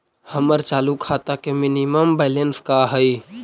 हमर चालू खाता के मिनिमम बैलेंस का हई?